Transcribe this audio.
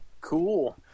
Cool